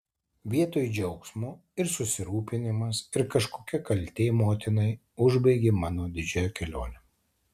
vietoj džiaugsmo ir susirūpinimas ir kažkokia kaltė motinai užbaigė mano didžiąją kelionę